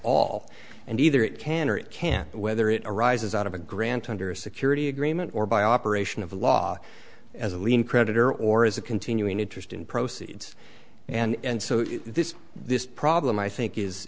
all and either it can or it can whether it arises out of a grant under a security agreement or by operation of law as a lien creditor or as a continuing interest in proceeds and so this this problem i think is